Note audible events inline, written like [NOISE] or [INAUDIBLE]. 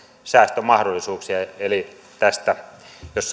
säästömahdollisuuksia eli tästä jos [UNINTELLIGIBLE]